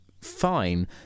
fine